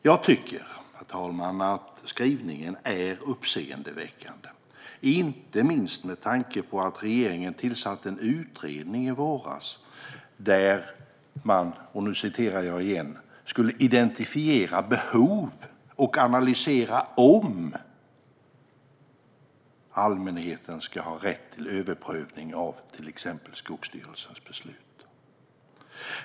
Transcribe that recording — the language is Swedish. Jag tycker, herr talman, att skrivningen är uppseendeväckande, inte minst med tanke på att regeringen i våras tillsatte en utredning där man - nu citerar jag - skulle identifiera behov och analysera om allmänheten ska ha rätt till överprövning av till exempel Skogsstyrelsens beslut.